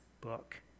book